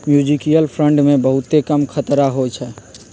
mutual fund मे बहुते कम खतरा होइ छइ